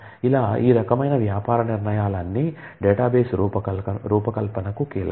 ఇలా ఈ రకమైన వ్యాపార నిర్ణయాలు అన్ని డేటాబేస్ రూపకల్పనకు కీలకం